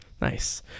Nice